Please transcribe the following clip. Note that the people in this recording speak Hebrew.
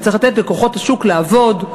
וצריך לתת לכוחות השוק לעבוד,